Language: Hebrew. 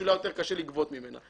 שאולי יותר קשה לגבות ממנה.